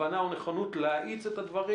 הבנה ונכונות להאיץ את הדברים.